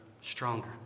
stronger